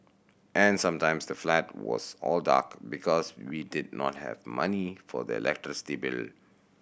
and sometimes the flat was all dark because we did not have money for the electricity bill